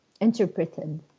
interpreted